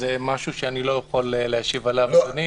אז זה משהו שאני לא יכול להשיב עליו, אדוני.